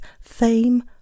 fame